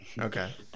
Okay